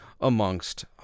amongst